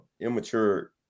immature